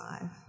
five